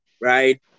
right